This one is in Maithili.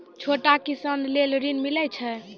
छोटा किसान लेल ॠन मिलय छै?